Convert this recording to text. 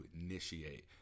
initiate